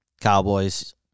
Cowboys